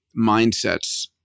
mindsets